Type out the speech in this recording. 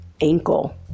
ankle